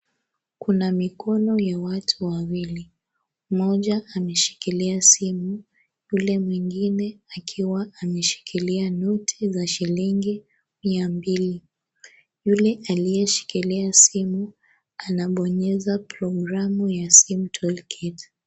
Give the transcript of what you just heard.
Kuna mikono ya watu wawili, mmoja ameshikilia simu ule mwingine akiwa ameshikilia noti za shilingi mia mbili. Yule aliyeshikilia simu anabonyeza programu ya sim toolkit.